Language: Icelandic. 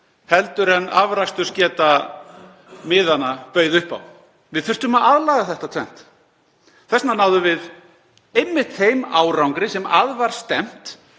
afla en afrakstursgeta miðanna bauð upp á. Við þurftum að aðlaga þetta tvennt. Þess vegna náðum við einmitt þeim árangri sem að var stefnt